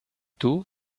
tôt